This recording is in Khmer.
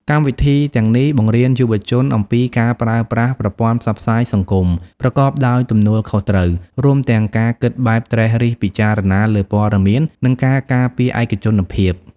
កម្មវិធីទាំងនេះបង្រៀនយុវជនអំពីការប្រើប្រាស់ប្រព័ន្ធផ្សព្វផ្សាយសង្គមប្រកបដោយទំនួលខុសត្រូវ រួមទាំងការគិតបែបត្រិះរិះពិចារណាលើព័ត៌មាន និងការការពារឯកជនភាព។